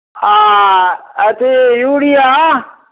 आ अथि यूरिया